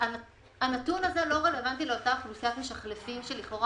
הנתון הזה לא רלוונטי לאותה אוכלוסיית משלחפים שלכאורה